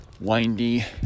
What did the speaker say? windy